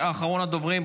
אחרון הדוברים,